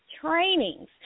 trainings